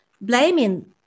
blaming